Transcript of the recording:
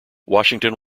washington